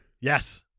Yes